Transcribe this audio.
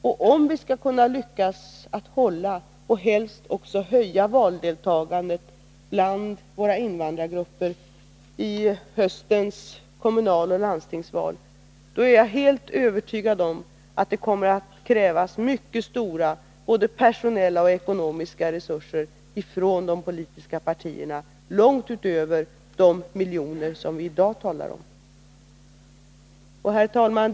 Om vi skall lyckas bibehålla och helst också öka deltagandet bland våra invandrargrupper i höstens kommunaloch landstingsval, är jag helt övertygad om att det kommer att krävas mycket 119 stora både personella och ekonomiska resurser från de politiska partierna, långt utöver de miljoner som vi i dag talar om. Herr talman!